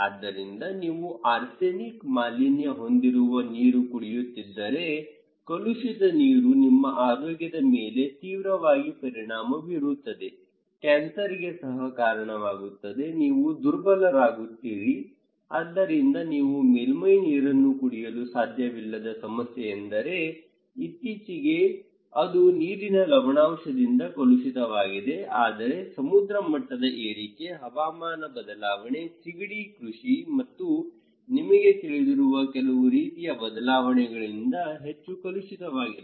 ಆದ್ದರಿಂದ ನೀವು ಆರ್ಸೆನಿಕ್ ಮಾಲಿನ್ಯ ಹೊಂದಿರುವ ನೀರು ಕುಡಿಯುತ್ತಿದ್ದರೆ ಕಲುಷಿತ ನೀರು ನಿಮ್ಮ ಆರೋಗ್ಯದ ಮೇಲೆ ತೀವ್ರವಾಗಿ ಪರಿಣಾಮ ಬೀರುತ್ತದೆ ಕ್ಯಾನ್ಸರ್ಗೆ ಸಹ ಕಾರಣವಾಗುತ್ತದೆ ನೀವು ದುರ್ಬಲರಾಗುತ್ತೀರಿ ಆದ್ದರಿಂದ ನೀವು ಮೇಲ್ಮೈ ನೀರನ್ನು ಕುಡಿಯಲು ಸಾಧ್ಯವಿಲ್ಲದ ಸಮಸ್ಯೆಯೆಂದರೆ ಇತ್ತೀಚೆಗೆ ಅದು ನೀರಿನ ಲವಣಾಂಶದಿಂದ ಕಲುಷಿತವಾಗಿದೆ ಆದರೆ ಸಮುದ್ರ ಮಟ್ಟದ ಏರಿಕೆ ಹವಾಮಾನ ಬದಲಾವಣೆ ಸೀಗಡಿ ಕೃಷಿ ಮತ್ತು ನಿಮಗೆ ತಿಳಿದಿರುವ ಕೆಲವು ರೀತಿಯ ಬದಲಾವಣೆಗಳಿಂದ ಹೆಚ್ಚು ಕಲುಷಿತವಾಗಿದೆ